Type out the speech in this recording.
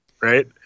right